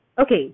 okay